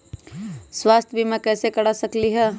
स्वाथ्य बीमा कैसे करा सकीले है?